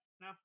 no